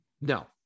no